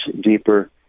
deeper